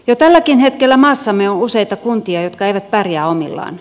jo tälläkin hetkellä maassamme on useita kuntia jotka eivät pärjää omillaan